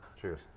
Cheers